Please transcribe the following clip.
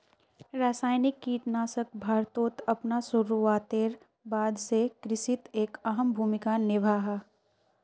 रासायनिक कीटनाशक भारतोत अपना शुरुआतेर बाद से कृषित एक अहम भूमिका निभा हा